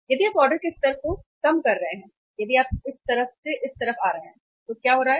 यदि आप ऑर्डर के स्तर को कम कर रहे हैं यदि आप इस तरफ से इस तरफ आ रहे हैं तो क्या हो रहा है